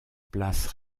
place